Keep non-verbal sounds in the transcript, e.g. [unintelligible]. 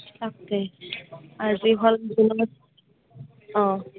ও কে আৰু যি হ'ল [unintelligible] অঁ